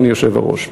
אדוני היושב-ראש.